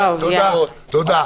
תודה.